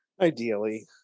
Ideally